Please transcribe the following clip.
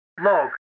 Log